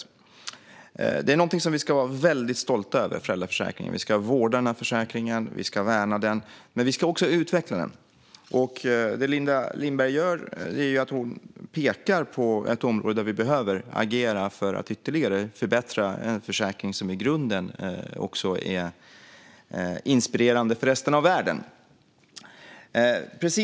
Föräldraförsäkringen är någonting som vi ska vara väldigt stolta över. Vi ska vårda den och värna den, men vi ska också utveckla den. Det Linda Lindberg gör är att peka på ett område där vi behöver agera för att ytterligare förbättra en försäkring som i grunden är inspirerande för resten av världen.